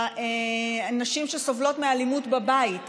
הנשים שסובלות מאלימות בבית,